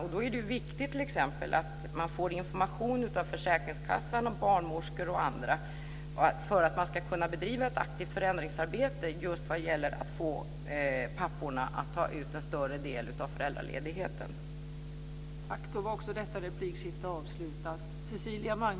Och då är det viktigt att man t.ex. får information från försäkringskassan, barnmorskor och andra för att man ska kunna bedriva ett aktivt förändringsarbete just när det gäller att få papporna att ta ut en större del av föräldraledigheten.